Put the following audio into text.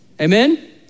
Amen